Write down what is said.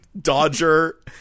Dodger